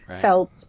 felt